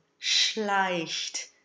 schleicht